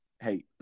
hey